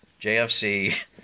JFC